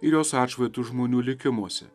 ir jos atšvaitus žmonių likimuose